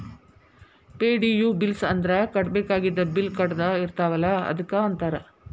ಪೆ.ಡಿ.ಯು bills ಅಂದ್ರ ಕಟ್ಟಬೇಕಾಗಿದ್ದ bill ಕಟ್ಟದ ಇರ್ತಾವಲ ಅದಕ್ಕ ಅಂತಾರ